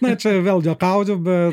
na čia vėl juokauju bet